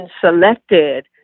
selected